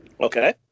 Okay